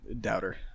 Doubter